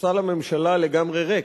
ספסל הממשלה לגמרי ריק,